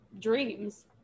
dreams